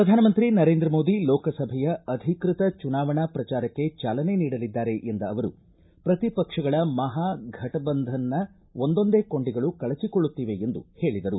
ಪ್ರಧಾನಮಂತ್ರಿ ನರೇಂದ್ರ ಮೋದಿ ಲೋಕಸಭೆಯ ಅಧಿಕೃತ ಚುನಾವಣಾ ಪ್ರಜಾರಕ್ಕೆ ಚಾಲನೆ ನೀಡಲಿದ್ದಾರೆ ಎಂದ ಅವರು ಪ್ರತಿಪಕ್ಷಗಳ ಮಹಾ ಫಟ ಬಂಧನ್ ಒಂದೊಂದೆ ಕೊಂಡಿಗಳು ಕಳಚಿಕೊಳ್ಳುತ್ತಿವೆ ಎಂದು ಹೇಳಿದರು